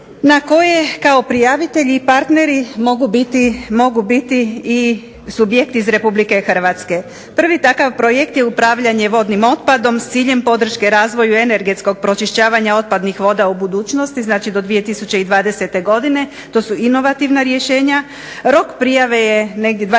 na koje kao prijavitelji i partneri mogu biti subjekti iz Republike Hrvatske. Prvi takav projekt je upravljanje vodnim otpadom s ciljem podrške razvoju energetskog pročišćavanja otpadnih voda u budućnosti, znači do 2020. godine to su inovativna rješenja. Rok prijave je 21. veljače